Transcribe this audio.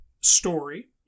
story